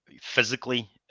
physically